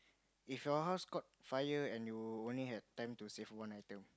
if your house caught fire and you only had time to save one item